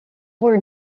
were